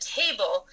table